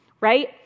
right